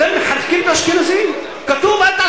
אתם מחקים את האשכנזים.